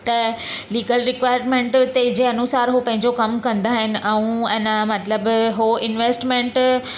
त legal requirement ते जे अनुसारु उहो पंहिंजो कम कंदा आहिनि ऐं इना मतिलबु उहो इनवेस्टमेंट